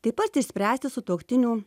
taip pat išspręsti sutuoktinių